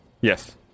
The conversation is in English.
Yes